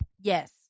Yes